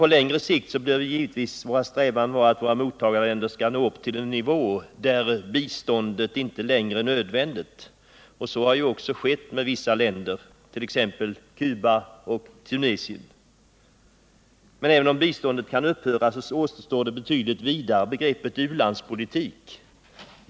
På längre sikt bör emellertid vår strävan vara att våra mottagarländer skall nå upp till en nivå där biståndet inte längre är nödvändigt. Så har skett med vissa länder, t.ex. Cuba och Tunisien. Även om biståndet kan upphöra, återstår dock det betydligt vidare begreppet u-landspolitik.